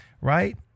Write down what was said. right